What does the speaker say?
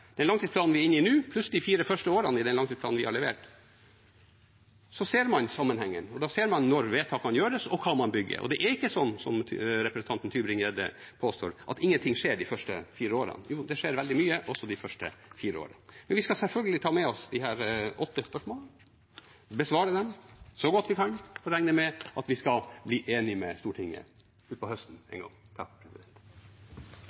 den langtidsplanen vi er inne i nå, pluss de fire første årene i den langtidsplanen vi har levert, ser man sammenhengen. Da ser man når vedtakene gjøres, og hva man bygger. Det er ikke sånn som representanten Tybring-Gjedde påstår, at ingenting skjer de første fire årene. Det skjer veldig mye også de første fire årene. Men vi skal selvfølgelig ta med oss disse åtte spørsmålene og besvare dem så godt vi kan. Så regner jeg med at vi skal bli enige med Stortinget utpå høsten